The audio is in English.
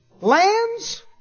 lands